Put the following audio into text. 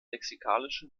lexikalische